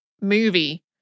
movie